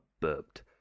burped